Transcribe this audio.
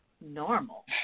normal